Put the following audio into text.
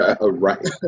Right